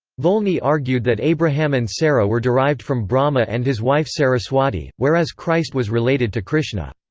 volney argued that abraham and sarah were derived from brahma and his wife saraswati, whereas christ was related to krishna.